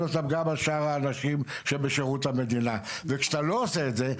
אותם גם על שאר האנשים שעובדים בשירות המדינה וכשאתה לא עושה את זה,